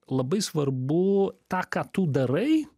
labai svarbu tą ką tu darai